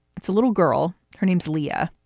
it's a little girl. her name's leah.